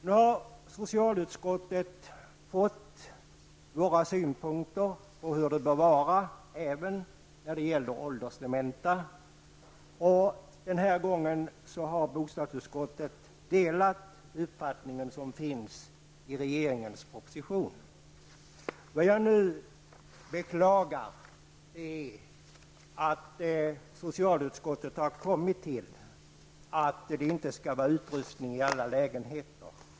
Nu har socialutskottet fått våra synpunkter på hur det bör vara även när det gäller åldersdementa. Denna gång delar bostadsutskottet den uppfattning som finns i regeringens proposition. Vad jag nu beklagar är att socialutskottet har kommit fram till att det inte skall vara utrustning i alla lägenheter.